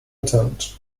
attempt